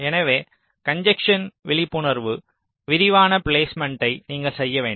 எனவே கன்ஜஸ்ஸென் விழிப்புணர்வு விரிவான பிலேஸ்மேன்ட்டை நீங்கள் செய்ய வேண்டும்